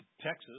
Texas